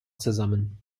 zusammen